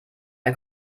ein